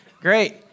Great